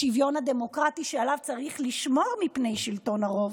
השוויון הדמוקרטי שעליו צריך לשמור מפני שלטון הרוב